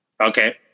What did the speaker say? okay